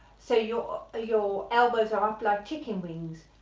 so your ah your elbows are up like chicken wings,